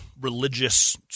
religious